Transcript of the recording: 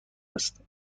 است